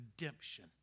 redemption